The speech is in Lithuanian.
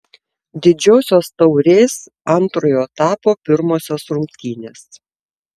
didžiosios taurės antrojo etapo pirmosios rungtynės